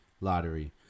lottery